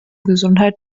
gesundheit